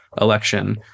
election